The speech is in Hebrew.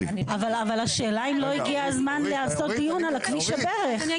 אבל השאלה היא אם לא הגיע הזמן לעשות דיון על כביש הברך?